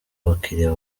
abakiliya